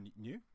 new